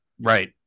right